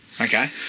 Okay